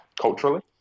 culturally